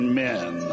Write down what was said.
men